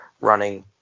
running